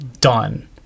done